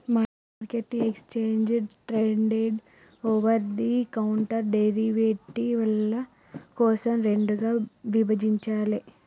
మార్కెట్ను exchange traded, over the counter డెరివేటివ్ల కోసం రెండుగా విభజించాలే